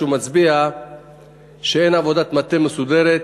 שהוא מצביע על כך שאין עבודת מטה מסודרת,